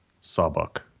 sawbuck